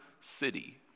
city